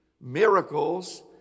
miracles